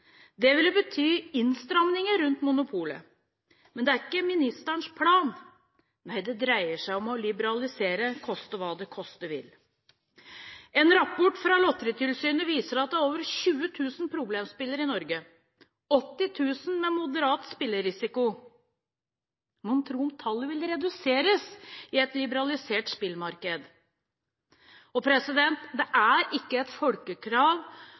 Det ville bety innstramninger rundt monopolet. Men det er ikke ministerens plan. Nei, det dreier seg om å liberalisere, koste hva det koste vil. En rapport fra Lotteritilsynet viser at det er over 20 000 problemspillere i Norge og 80 000 med moderat spillerisiko. Mon tro om tallet vil reduseres i et liberalisert spillemarked? Det er ikke et folkekrav